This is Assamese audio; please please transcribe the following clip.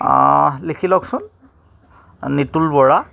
অঁ লিখি লওকচোন নিতুল বৰা